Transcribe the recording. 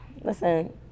listen